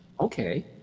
okay